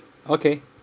okay